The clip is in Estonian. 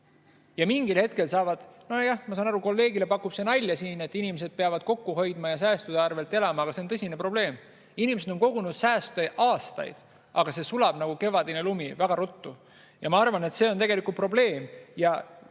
Ja mingil hetkel saavad ... Nojah, ma saan aru, et kolleegile pakub see nalja, et inimesed peavad kokku hoidma ja säästude arvelt elama, aga see on tõsine probleem. Inimesed on kogunud sääste aastaid, aga see sulab nagu kevadine lumi – väga ruttu. Ja ma arvan, et see on tegelikult probleem.